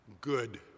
Good